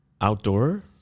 outdoor